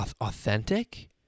authentic